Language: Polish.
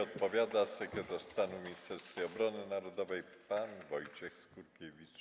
Odpowiada sekretarz stanu w Ministerstwie Obrony Narodowej pan Wojciech Skurkiewicz.